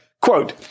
Quote